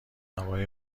هوای